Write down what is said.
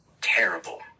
terrible